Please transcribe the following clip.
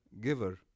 giver